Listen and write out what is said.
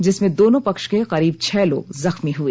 जिसमें दोनों पक्ष के करीब छह लोग जख्मी हुए